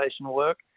work